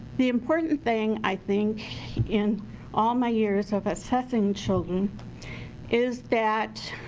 the important thing i think in all my years of assessing children is that